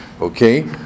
Okay